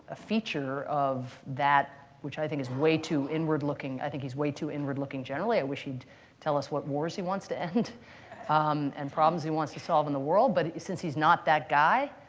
feature of that, which i think is way too inward-looking. i think he's way too inward-looking generally. i wish he'd tell us what wars he wants to end um and problems he wants to solve in the world. but since he's not that guy,